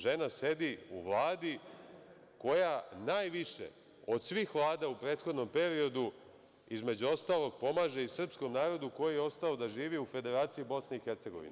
Žena sedi u Vladi koja najviše od svih vlada u prethodnom periodu, između ostalog, pomaže i srpskom narodu koji je ostao da živi u Federaciji BiH.